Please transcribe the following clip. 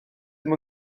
ddim